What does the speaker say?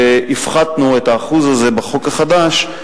הפחתנו את האחוז הזה בחוק החדש,